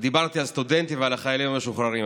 דיברתי על סטודנטים ועל חיילים משוחררים,